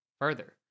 Further